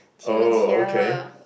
tuned here